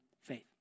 faith